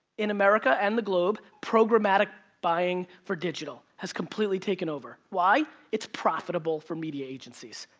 in america and the globe, programmatic buying for digital has completely taken over. why? it's profitable for media agencies.